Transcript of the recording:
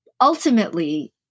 ultimately